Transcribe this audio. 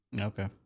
okay